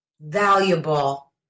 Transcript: valuable